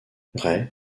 ray